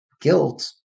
guilt